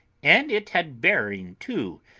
and it had bearing, too,